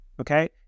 okay